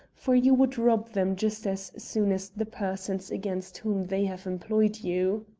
for you would rob them just as soon as the persons against whom they have employed you.